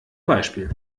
beispiel